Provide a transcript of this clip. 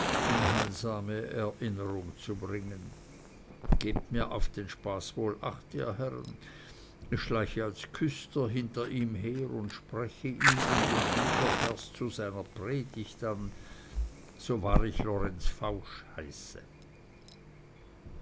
in heilsame erinnerung zu bringen gebt mir auf den spaß wohl acht ihr herren ich schleiche als küster hinter ihm her und spreche ihn um den liedervers zu seiner predigt an so wahr ich lorenz fausch heiße